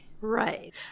Right